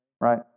right